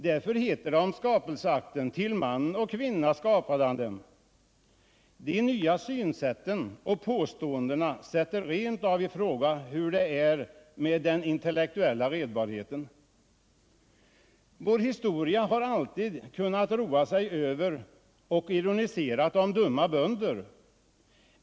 Därför heter det om skapelseakten: ”Till man och kvinna skapade Han dem.” De nya synsätten och påståendena gör att man rent av sätter i fråga hur det är med den intellektuella redbarheten. Man har alltid kunnat roa sig över och ironisera om dumma bönder.